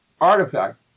artifact